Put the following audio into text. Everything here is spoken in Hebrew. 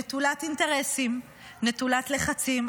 נטולת אינטרסים, נטולת לחצים.